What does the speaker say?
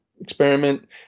experiment